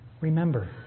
Remember